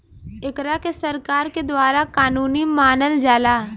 एकरा के सरकार के द्वारा कानूनी मानल जाला